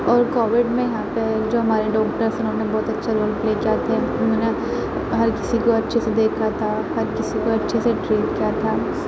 اور کووڈ میں یہاں پہ جو ہمارے ڈاکٹرس ہیں اُنہوں نے بہت اچھا رول پلے کیا تھا اُنہوں نے ہر کسی کو اچھے سے دیکھا تھا ہر کسی کو اچھے سے ٹریٹ کیا تھا